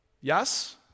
Yes